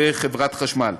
בחברת החשמל.